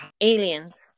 Aliens